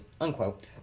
unquote